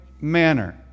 manner